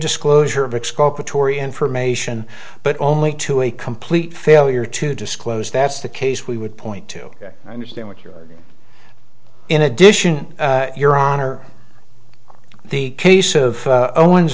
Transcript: exculpatory information but only to a complete failure to disclose that's the case we would point to understand what you're in addition your honor the case of owens